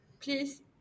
please